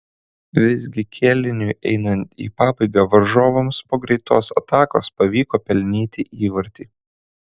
visgi kėliniui einant į pabaigą varžovams po greitos atakos pavyko pelnyti įvartį